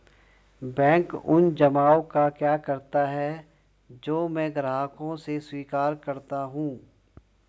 Bank उन जमाव का क्या करता है जो मैं ग्राहकों से स्वीकार करता हूँ?